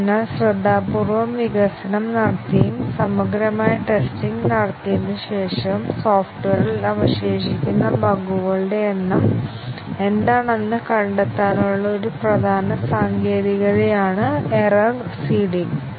അതിനാൽ ശ്രദ്ധാപൂർവ്വം വികസനം നടത്തിയും സമഗ്രമായ ടെസ്റ്റിങ് നടത്തിയതിനുശേഷവും സോഫ്റ്റ്വെയറിൽ അവശേഷിക്കുന്ന ബഗുകളുടെ എണ്ണം എന്താണെന്ന് കണ്ടെത്താനുള്ള ഒരു പ്രധാന സാങ്കേതികതയാണ് എറർ സീഡിംഗ്